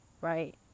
right